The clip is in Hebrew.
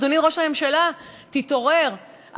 אדוני ראש הממשלה, תתעורר.